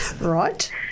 Right